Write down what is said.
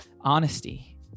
honesty